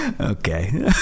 Okay